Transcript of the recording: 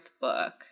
book